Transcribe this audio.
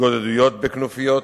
התגודדויות בכנופיות,